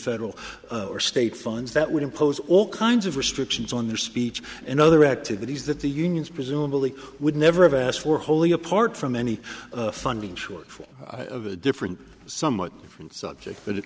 federal or state funds that would impose all kinds of restrictions on their speech and other activities that the unions presumably would never have asked for wholly apart from any funding shortfall of a different somewhat different subject but it